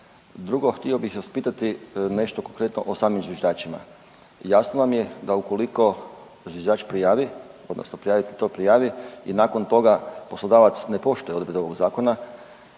Drugo, htio bih vas pitati nešto konkretno o samim zviždačima. Jasno nam je da ukoliko zviždač prijavi, odnosno prijavitelj to prijavi i nakon toga poslodavac ne poštuje odredbe ovog zakona